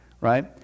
Right